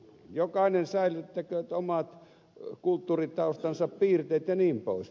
jokainen säilyttäköön omat kulttuuritaustansa piirteet jnp